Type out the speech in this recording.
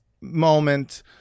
moment